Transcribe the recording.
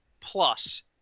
plus